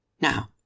Now